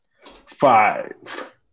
five